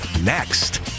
Next